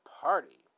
party